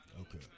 Okay